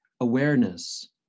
awareness